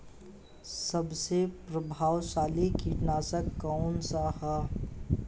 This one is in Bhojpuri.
सबसे प्रभावशाली कीटनाशक कउन सा ह?